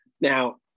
now